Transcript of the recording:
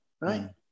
Right